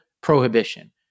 prohibition